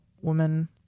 woman